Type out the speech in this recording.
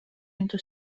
into